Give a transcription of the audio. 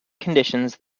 conditions